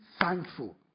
thankful